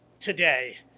Today